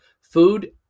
food